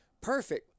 Perfect